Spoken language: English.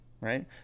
Right